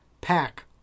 pack